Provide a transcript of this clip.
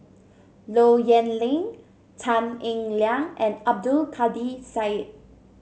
Low Yen Ling Tan Eng Liang and Abdul Kadir Syed